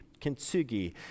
kintsugi